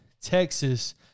Texas